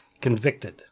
convicted